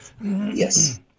Yes